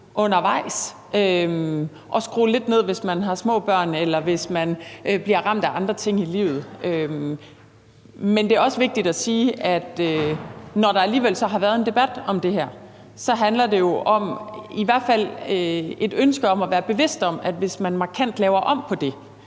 undervejs at skrue lidt ned, hvis man har små børn, eller hvis man bliver ramt af andre ting i livet. Men det er også vigtigt at sige, at når der alligevel så har været en debat om det her, handler det jo i hvert fald om et ønske om at være bevidst om, at hvis man laver markant om på det,